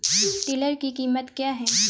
Tiller की कीमत क्या है?